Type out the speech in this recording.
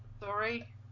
Sorry